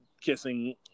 kissing